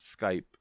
Skype